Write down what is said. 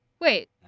Wait